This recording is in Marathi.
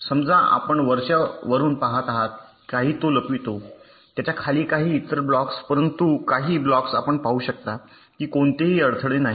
समजा आपण वरच्या वरुन पहात आहात काही तो लपवितो त्याच्या खाली काही इतर ब्लॉक्स परंतु काही ब्लॉक्स आपण पाहू शकता की कोणतेही अडथळे नाहीत